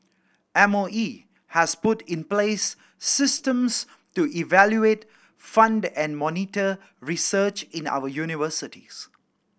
M O E has put in place systems to evaluate fund and monitor research in our universities